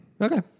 okay